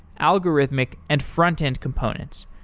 algorithmic, and front end component.